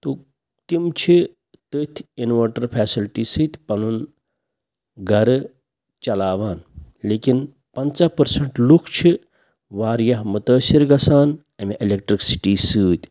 تہٕ تِم چھِ تٔتھۍ اِنوٲٹَر فیسَلٹی سۭتۍ پنُن گَرٕ چلاوان لیکِن پَنژاہ پٔرسَنٛٹ لُکھ چھِ واریاہ مُتٲثر گَژھان اَمہِ اٮ۪لکٹِرِک سِٹی سۭتۍ